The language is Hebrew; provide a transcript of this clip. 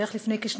בערך לפני שנתיים,